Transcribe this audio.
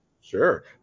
Sure